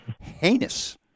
heinous